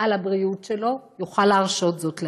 על הבריאות שלו יוכל להרשות זאת לעצמו,